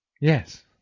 Yes